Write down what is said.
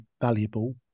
valuable